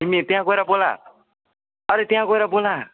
तिमी त्यहाँ गएर बोल अरे त्यहाँ गएर बोल